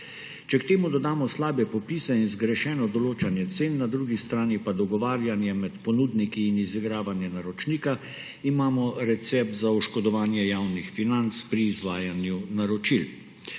Če k temu dodamo slabe popise in zgrešeno določanje cen, na drugi strani pa dogovarjanje med ponudniki in izigravanje naročnika, imamo recept za oškodovanje javnih financ pri izvajanju naročil. Evropska